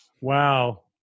Wow